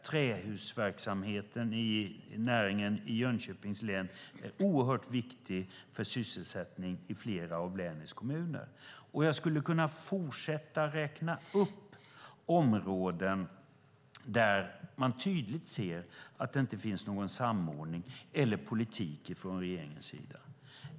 Trähusverksamheten inom näringen i Jönköpings län är oerhört viktig för sysselsättningen i flera av länets kommuner. Jag skulle kunna fortsätta att räkna upp områden där man tydligt ser att det inte finns någon samordning eller politik från regeringens sida.